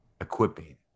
equipping